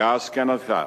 כאז כן עתה,